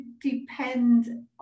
depend